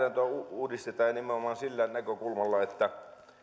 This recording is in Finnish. uudistetaan ja nimenomaan siitä näkökulmasta että byrokra